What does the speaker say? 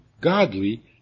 godly